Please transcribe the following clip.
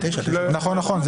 נכון.